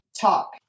talk